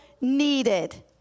needed